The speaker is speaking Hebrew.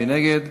מי נגד?